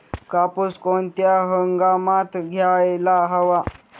कापूस कोणत्या हंगामात घ्यायला हवा?